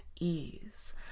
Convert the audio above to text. ease